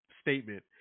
statement